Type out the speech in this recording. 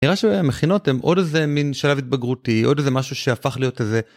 נראה שהמכינות הם עוד איזה מין שלב התבגרותי עוד איזה משהו שהפך להיות איזה.